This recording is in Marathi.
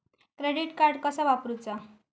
क्रेडिट कार्ड कसा वापरूचा?